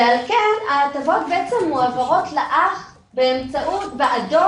ועל כן ההטבות בעצם מועברות לאח בעדו